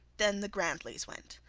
then the grantlys went.